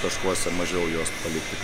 taškuose mažiau juos palikti